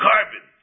Carbon